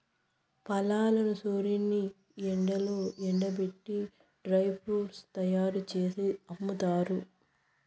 ఫలాలను సూర్యుని ఎండలో ఎండబెట్టి డ్రై ఫ్రూట్స్ తయ్యారు జేసి అమ్ముతారు